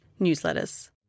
newsletters